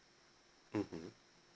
mmhmm